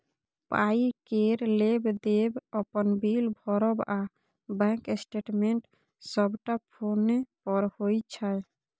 पाइ केर लेब देब, अपन बिल भरब आ बैंक स्टेटमेंट सबटा फोने पर होइ छै